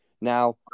Now